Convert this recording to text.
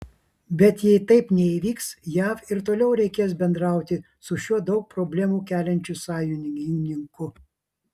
bet jei taip neįvyks jav ir toliau reikės bendrauti su šiuo daug problemų keliančiu sąjungininku